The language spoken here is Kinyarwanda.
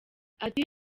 ati